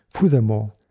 Furthermore